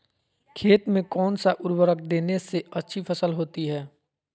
खेत में कौन सा उर्वरक देने से अच्छी फसल होती है?